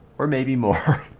or maybe more.